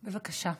בבקשה.